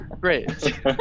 Great